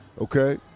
okay